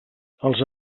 els